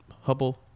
Hubble